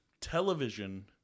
television